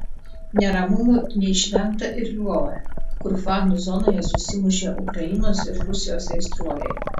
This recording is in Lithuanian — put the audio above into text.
neramumų neišvengta ir lvove kur fanų zonoje susimušė ukrainos ir rusijos aistruoliai